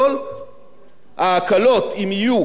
ההקלות, אם יהיו, וההסדרים, אם יהיו,